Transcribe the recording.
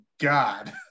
god